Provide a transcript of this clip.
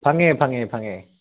ꯐꯪꯉꯦ ꯐꯪꯉꯦ ꯐꯪꯉꯦ